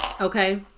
Okay